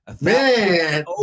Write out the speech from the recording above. Man